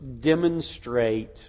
demonstrate